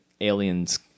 aliens